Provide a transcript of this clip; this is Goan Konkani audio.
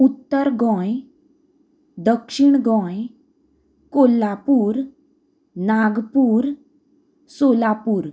उत्तर गोंय दक्षिण गोंय कोल्हापुर नागपुर सोलापुर